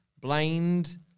blind